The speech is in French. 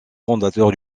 fondateurs